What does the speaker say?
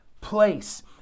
place